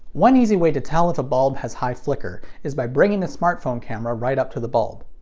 one easy way to tell if a bulb has high flicker is by bringing a smartphone camera right up to the bulb.